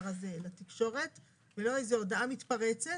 הזה לתקשורת ולא איזו הודעה מתפרצת,